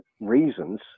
reasons